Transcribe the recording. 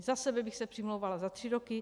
Za sebe bych se přimlouvala za tři roky.